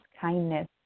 kindness